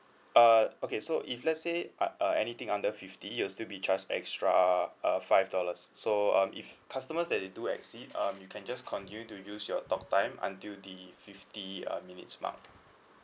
err okay so if let's say ah uh anything under fifty you're still be charged extra uh five dollars so um if customers that they do exceed um you can just continue to use your talk time until the fifty uh minutes mark